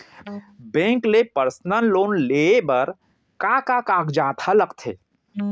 Bank ले personal loan लेये बर का का कागजात ह लगथे?